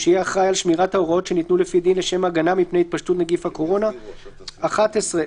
יהיה כתוב "בנסיבות שבהן ההגבלות על פי פסקאות (2) עד (13)